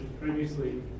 previously